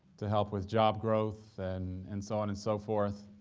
to help with job growth and and so on and so forth.